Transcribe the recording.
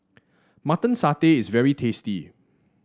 Mutton Satay is very tasty